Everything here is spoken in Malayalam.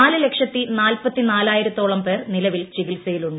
നാലു ലക്ഷത്തി നാല്പത്തി നാലായിരത്തോളം പേർ നിലവിൽ ചികിത്സയിലുണ്ട്